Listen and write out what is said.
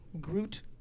groot